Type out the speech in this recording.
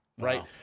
right